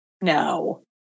No